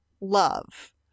love